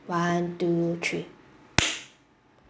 one two three